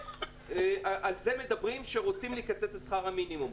על זה מדברים כשרוצים לקצץ את שכר המינימום.